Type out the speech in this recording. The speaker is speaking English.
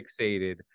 fixated